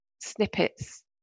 snippets